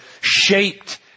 shaped